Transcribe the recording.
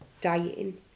dying